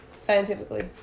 Scientifically